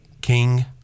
king